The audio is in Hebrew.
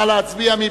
נא להצביע.